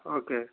okay